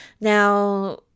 Now